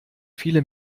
viele